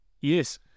Yes